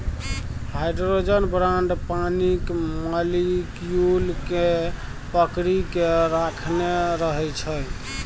hydrogen bond पानिक molecule केँ पकरि केँ राखने रहै छै